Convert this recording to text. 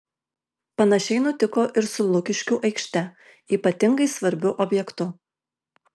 panašiai nutiko ir su lukiškių aikšte ypatingai svarbiu objektu